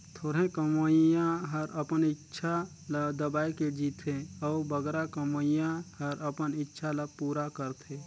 थोरहें कमोइया हर अपन इक्छा ल दबाए के जीथे अउ बगरा कमोइया हर अपन इक्छा ल पूरा करथे